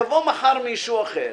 יבוא מחר מישהו אחר,